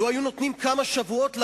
לו היו נותנים כמה שבועות לכנסת,